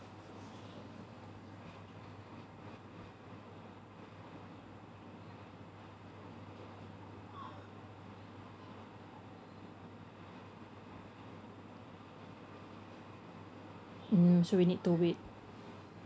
mm so we need to wait